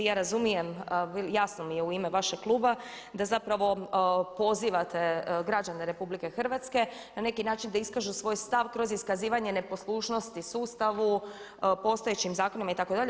Ja razumijem, jasno mi je u ime vašeg kluba da zapravo pozivate građane RH na neki način da iskažu svoj stav kroz iskazivanje neposlušnosti sustavu postojećem zakonu itd.